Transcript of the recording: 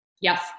Yes